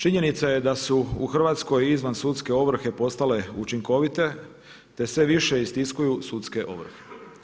Činjenica je da su u Hrvatskoj izvan sudske ovrhe postale učinkovite, te sve više istiskuju sudske ovrhe.